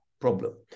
problem